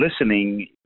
listening